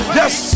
yes